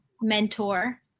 mentor